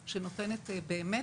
אדגיש: